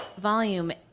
volume,